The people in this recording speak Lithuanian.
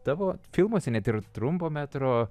tavo filmuose net ir trumpo metro